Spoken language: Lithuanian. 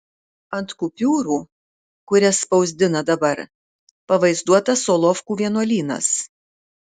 ant kupiūrų kurias spausdina dabar pavaizduotas solovkų vienuolynas